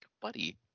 Buddy